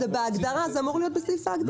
זה אמור להיות בסעיף ההגדרות.